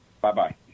Bye-bye